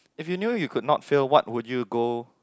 if know you could not fail what would you go